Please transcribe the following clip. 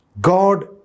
God